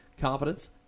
confidence